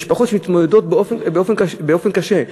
משפחות שמתמודדות באופן קשה.